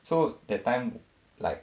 so that time like